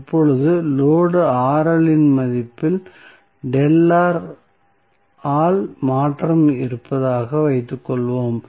இப்போது லோடு இன் மதிப்பில் ஆல் மாற்றம் இருப்பதாக வைத்துக்கொள்வோம்